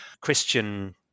Christian